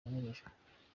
yanyerejwe